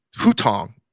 Hutong